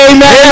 Amen